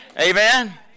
Amen